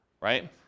right